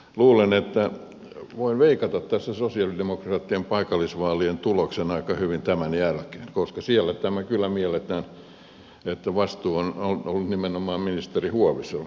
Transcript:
luulen että voin veikata tässä sosialidemokraattien paikallisvaalien tuloksen aika hyvin tämän jälkeen koska siellä tämä kyllä mielletään niin että vastuu on ollut nimenomaan ministeri huovisella